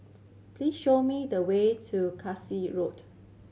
please show me the way to Road